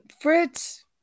Fritz